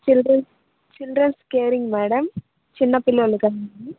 children children caring madam చిన్న పిల్లల